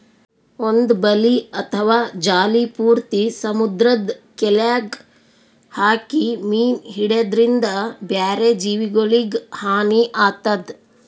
ಒಂದ್ ಬಲಿ ಅಥವಾ ಜಾಲಿ ಪೂರ್ತಿ ಸಮುದ್ರದ್ ಕೆಲ್ಯಾಗ್ ಹಾಕಿ ಮೀನ್ ಹಿಡ್ಯದ್ರಿನ್ದ ಬ್ಯಾರೆ ಜೀವಿಗೊಲಿಗ್ ಹಾನಿ ಆತದ್